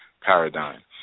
paradigm